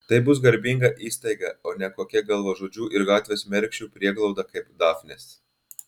tai bus garbinga įstaiga o ne kokia galvažudžių ir gatvės mergšių prieglauda kaip dafnės